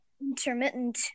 intermittent